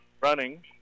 running